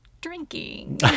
drinking